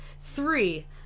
three